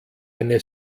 eine